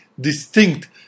distinct